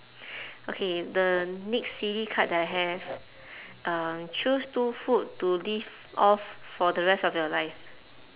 okay the next silly card that I have um choose two food to live off for the rest your life